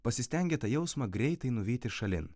pasistengė tą jausmą greitai nuvyti šalin